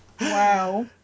Wow